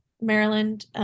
Maryland